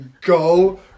go